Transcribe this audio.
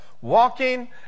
walking